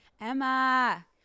Emma